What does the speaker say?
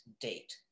date